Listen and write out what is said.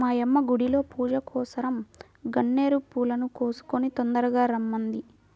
మా యమ్మ గుడిలో పూజకోసరం గన్నేరు పూలను కోసుకొని తొందరగా రమ్మంది